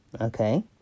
Okay